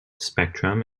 spectrum